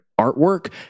artwork